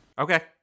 Okay